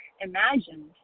imagined